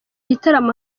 gitaramo